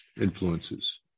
influences